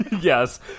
Yes